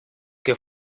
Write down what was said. que